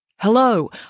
Hello